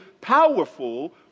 powerful